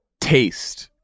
taste